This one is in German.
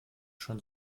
schon